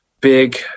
big